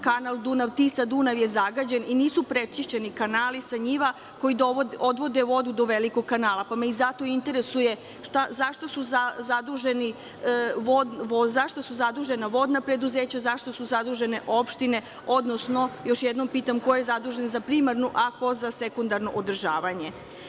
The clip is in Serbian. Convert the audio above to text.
Kanal Dunav-Tisa-Dunav je zagađen i nisu prečišćeni kanali sa njiva koji odvode vodu do velikog kanala, pa zato interesuje za šta su zadužena vodna preduzeća, za šta su zadužene opštine, odnosno još jednom pitam ko je zadužen za primarno, a ko za sekundarno održavanje?